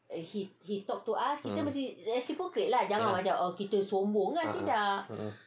ah